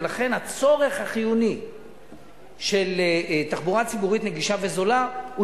ולכן הצורך החיוני של תחבורה ציבורית נגישה וזולה הוא